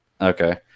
Okay